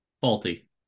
faulty